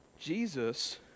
Jesus